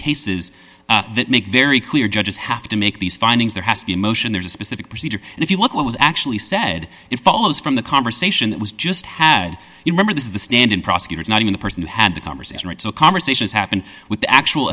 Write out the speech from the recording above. cases that make very clear judges have to make these findings there has to be a motion there's a specific procedure and if you look what was actually said it follows from the conversation that was just had you remember this is the stand in prosecutor's not even the person who had the conversation right so conversations happened with the actual